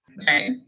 Okay